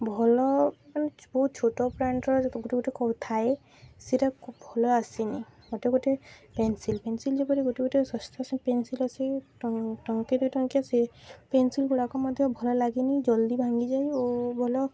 ଭଲ ମାନେ ବହୁତ ଛୋଟ ବ୍ରାଣ୍ଡ୍ର ଗୋଟେ ଗୋଟେ କ'ଣ ଥାଏ ସେଇଟା ଭଲ ଆସିନି ଗୋଟେ ଗୋଟେ ପେନ୍ସିଲ୍ ପେନ୍ସିଲ୍ ଯେପରି ଗୋଟେ ଗୋଟେ ପେନ୍ସିଲ୍ ଅଛି ଟଙ୍କେ ଦୁଇ ଟଙ୍କିଆ ସେ ପେନ୍ସିଲ୍ ଗୁଡ଼ାକ ମଧ୍ୟ ଭଲ ଲାଗେନି ଜଲ୍ଦି ଭାଙ୍ଗିଯାଏ ଓ ଭଲ